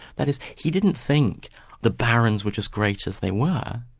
that is, he didn't think the barons were just great as they were,